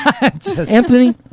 Anthony